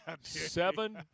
Seven